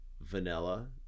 vanilla